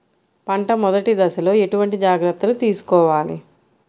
పంట మెదటి దశలో ఎటువంటి జాగ్రత్తలు తీసుకోవాలి?